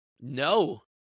No